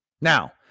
now